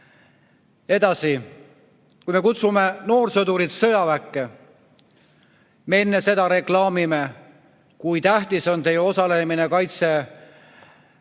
Edasi, kui me kutsume noorsõdurid sõjaväkke, siis me enne seda reklaamime, kui tähtis on nende osalemine Eesti riigi